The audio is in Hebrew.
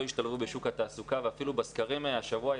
השתלבו בשוק התעסוקה ואפילו בסקרים השבוע,